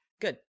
good